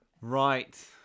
Right